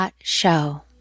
Show